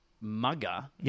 mugger